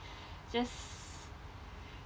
just